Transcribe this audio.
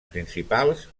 principals